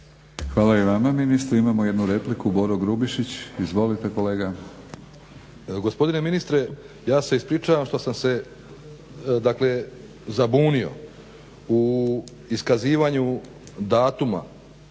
Hvala i vama ministre. Imamo jednu repliku, Boro Grubišić. Izvolite kolega. **Grubišić, Boro (HDSSB)** Gospodine ministre ja se ispričavam što sam se dakle zabunio u iskazivanju datuma